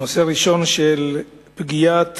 הנושא הראשון, של פגיעת